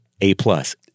A-plus